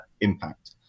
impact